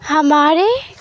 ہمارے